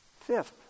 Fifth